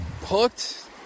hooked